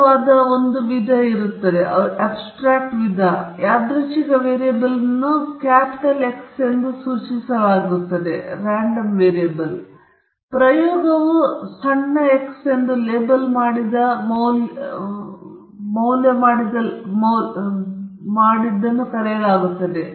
ಇದು ಅಮೂರ್ತವಾದ ಒಂದು ವಿಧವಾಗಿದೆ ಯಾದೃಚ್ಛಿಕ ವೇರಿಯಬಲ್ ಅನ್ನು ಕ್ಯಾಪಿಟಲ್ ಎಕ್ಸ್ ನಿಂದ ಸೂಚಿಸಲಾಗುತ್ತದೆ ಮತ್ತು ಒಮ್ಮೆ ಪ್ರಯೋಗವು ಸಣ್ಣ X ಎಂದು ಲೇಬಲ್ ಮಾಡಿದ ನಂತರ ಮೌಲ್ಯವನ್ನು ಕರೆಯಲಾಗುತ್ತದೆ